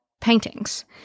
paintings